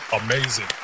Amazing